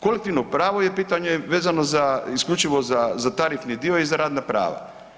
Kolektivno pravo je pitanje vezano za, isključivo za tarifni dio i za radna prava.